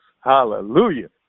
Hallelujah